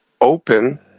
open